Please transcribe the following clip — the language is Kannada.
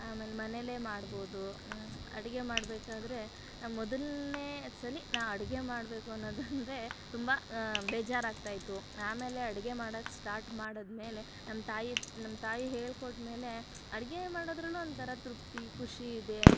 ಆಮೇಲೆ ಮನೇಲೆ ಮಾಡ್ಬೋದು ಅಡುಗೆ ಮಾಡಬೇಕಾದ್ರೆ ಮೊದಲನೇ ಸಲ ನಾನು ಅಡುಗೆ ಮಾಡಬೇಕು ಅನ್ನೋದೆಂದ್ರೆ ತುಂಬ ಬೇಜಾರು ಆಗ್ತಾಯಿತ್ತು ಆಮೇಲೆ ಅಡುಗೆ ಮಾಡೋಕೆ ಸ್ಟಾಟ್ ಮಾಡಿದ್ಮೇಲೆ ನಮ್ಮ ತಾಯಿ ನಮ್ಮ ತಾಯಿ ಹೇಳ್ಕೊಟ್ಮೇಲೆ ಅಡುಗೆ ಮಾಡೋದರಲ್ಲು ಒಂಥರ ತೃಪ್ತಿ ಖುಷಿ ಇದೆ